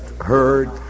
heard